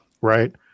right